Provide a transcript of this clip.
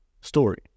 story